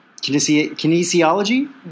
kinesiology